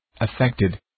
affected